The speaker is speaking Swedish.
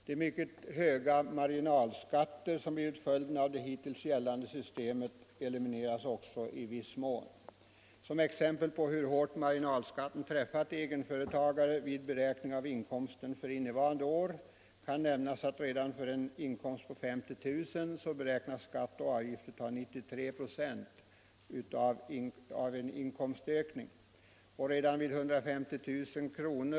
De mycket höga marginalskatter som har blivit följden av det hittills tillämpade systemet elimineras också i viss mån. Som exempel på hur hårt marginalskatten träffar en egenföretagare kan nämnas att redan vid en inkomst på 50 000 kr. beräknas för innevarande år skatt och avgifter ta 93 26 av en inkomstökning. Vid 150 000 kr.